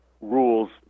rules